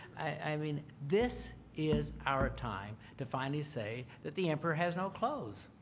i mean, this is our time to finally say that the emperor has no clothes,